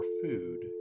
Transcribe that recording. food